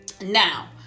Now